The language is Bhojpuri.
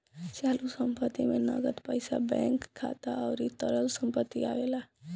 चालू संपत्ति में नगद पईसा बैंक खाता अउरी तरल संपत्ति आवेला